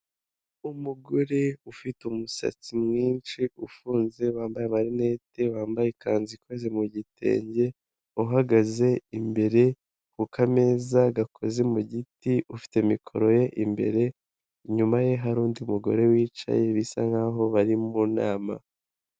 Umugore ufite umusatsi mwinshi ufunze bambaye amarinete wambaye ikanzu ikoze mu gitenge, uhagaze imbere ku kameza gakoze mu giti, ufite mikoro ye imbere inyuma ye hari undi mugore wicaye bisa nkaho bari mu nama.